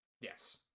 Yes